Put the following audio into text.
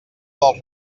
del